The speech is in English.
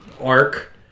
Arc